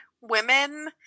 women